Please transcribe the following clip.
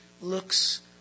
looks